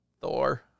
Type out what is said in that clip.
Thor